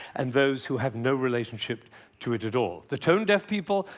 and those who have no relationship to it at all. the tone-deaf people,